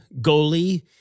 goalie